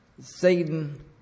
Satan